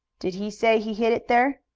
did he say he hid it there?